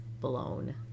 blown